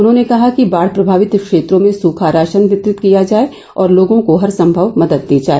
उन्होंने कहा कि बाढ़ प्रभावित क्षेत्रों में सूखा राशन वितरित किया जाए और लोगों को हरसंभव मदद दी जाए